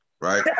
Right